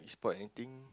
spot anything